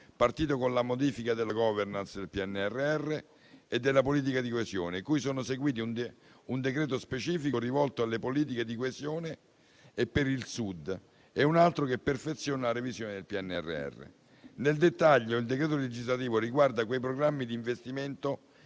partito con la modifica della *governance* del PNRR e della politica di coesione, cui sono seguiti un decreto specifico rivolto alle politiche di coesione e per il Sud e un altro che perfeziona la revisione del PNRR. Nel dettaglio, il decreto legislativo riguarda quei programmi di investimento